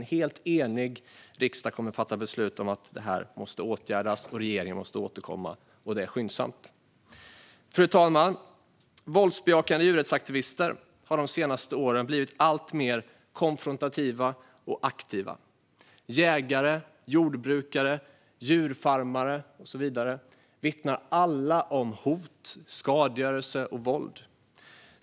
En helt enig riksdag kommer att fatta beslut om att detta måste åtgärdas och att regeringen måste återkomma, och det skyndsamt. Fru talman! Våldsbejakande djurrättsaktivister har de senaste åren blivit alltmer konfrontativa och aktiva. Jägare, jordbrukare, djurfarmare och så vidare vittnar alla om hot, skadegörelse och våld.